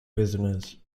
prisoners